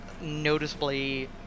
noticeably